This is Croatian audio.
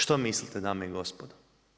Što mislite dame i gospodo?